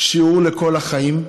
שיעור לכל החיים,